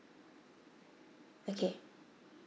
okay